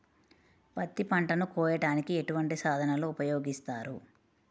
పత్తి పంటను కోయటానికి ఎటువంటి సాధనలు ఉపయోగిస్తారు?